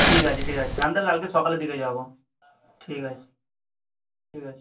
ঠিক আছে ঠিক আছে আমি তাহলে কালকের সকালের দিকে যাবো ঠিক আছে ঠিক আছে